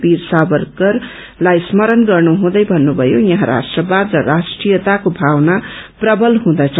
शीर सावरकरलाई स्मरण गर्नुहुँदै भन्नुभयो यहाँ राष्ट्रवार र राष्ट्रीयताको भावना प्रबल हुँदछ